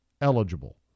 eligible